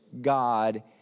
God